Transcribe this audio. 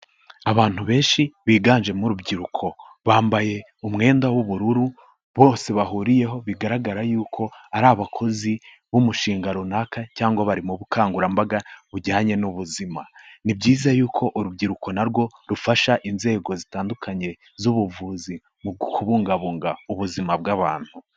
Abantu benshi biganjemo urubyiruko bambaye umwenda w'ubururu bose bahuriyeho bigaragara y'uko ari abakozi b'umushinga runaka cyangwa bari mu bukangurambaga bujyanye n'ubuzima, ni byiza y'uko urubyiruko na rwo rufasha inzego zitandukanye z'ubuvuzi mu kubungabunga ubuzima bw'abantu.